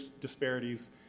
disparities